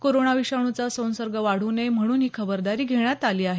corona विषाणूचा संसर्ग वाढू नये म्हणून ही खबरदारी घेण्यात आली आहे